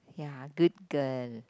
ya good girl